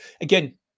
again